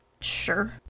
Sure